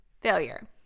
failure